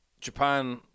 Japan